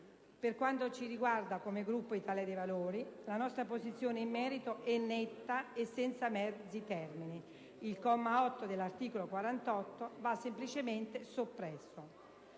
Per quanto ci riguarda, come Gruppo Italia dei Valori, la nostra posizione in merito è netta e senza mezzi termini: il comma 8 dell'articolo 48 va semplicemente soppresso.